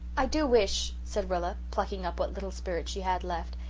i do wish, said rilla, plucking up what little spirit she had left,